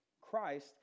Christ